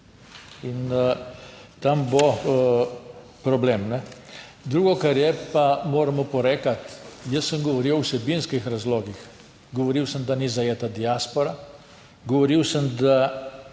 In tam bo problem. Drugo, kar je, pa moram oporekati. Jaz sem govoril o vsebinskih razlogih, govoril sem, da ni zajeta diaspora, govoril sem, da